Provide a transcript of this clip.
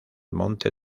monte